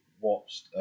watched